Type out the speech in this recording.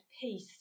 Peace